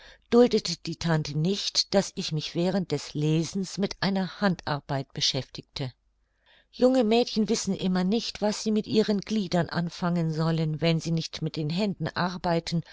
duldete die tante nicht daß ich mich während des lesens mit einer handarbeit beschäftigte junge mädchen wissen immer nicht was sie mit ihren gliedern anfangen sollen wenn sie nicht mit den händen arbeiten